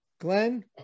Glenn